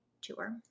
tour